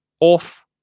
off